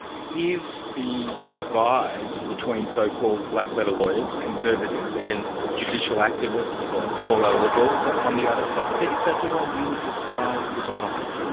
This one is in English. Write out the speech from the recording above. is the divide between so-called black-letter lawyers, conservatives, and judicial activists, small-l liberals on the other side? is that the way you would describe the divide?